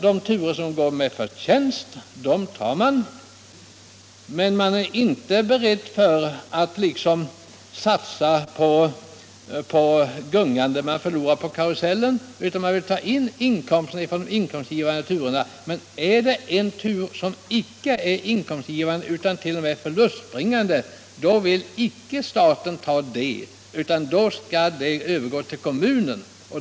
De turer som går med förtjänst tar man, men man är inte beredd att satsa på gungorna vad man tar in på karusellen. Man vill ta de inkomstgivande turerna, men om en tur är förlustbringande vill staten icke ta den förlusten, utan den skall då bäras av kommunen.